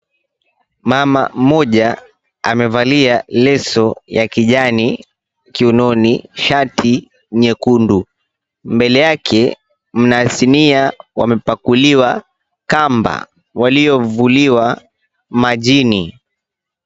Mama mmoja amevalia leso ya kijani kiunoni, shati nyekundu, mbele yake mna sinia wamepakuliwa kamba waliovuliwa majini.